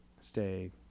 stay